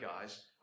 guys